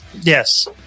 Yes